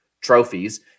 trophies